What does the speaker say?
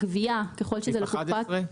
סעיף 11?